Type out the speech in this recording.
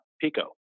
Pico